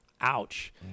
ouch